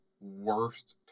worst